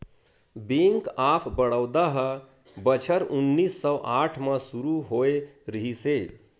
bank of Baroda ह बछर उन्नीस सौ आठ म सुरू होए रिहिस हे